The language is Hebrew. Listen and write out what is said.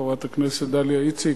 חברת הכנסת דליה איציק,